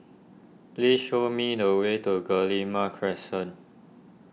please show me the way to Guillemard Crescent